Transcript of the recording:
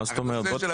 חיים, אתה יכול לפרט?